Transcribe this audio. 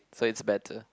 so it's better